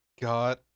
God